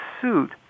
suit